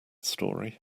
story